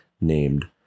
named